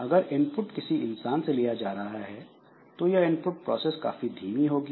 अगर इनपुट किसी इंसान से लिया जा रहा है तो यह इनपुट प्रोसेस काफी धीमी होगी